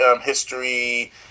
history